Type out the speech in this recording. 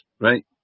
right